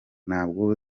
ntabwo